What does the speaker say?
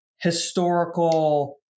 historical